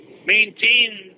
maintain